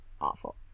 Awful